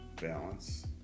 balance